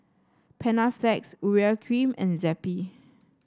Panaflex Urea Cream and Zappy